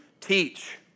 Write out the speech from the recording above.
teach